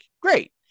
great